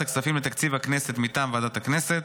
הכספים לתקציב הכנסת מטעם ועדת הכנסת,